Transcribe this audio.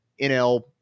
NL